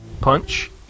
punch